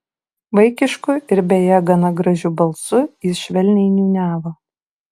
vaikišku ir beje gana gražiu balsu jis švelniai niūniavo